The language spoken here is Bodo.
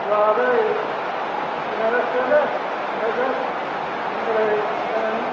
होमब्ला बै सिनारेस टेब्लेट ओमफ्राय ओं